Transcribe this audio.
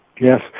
Yes